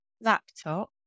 laptop